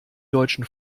deutschen